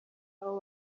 abo